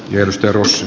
yömestaruus